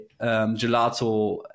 Gelato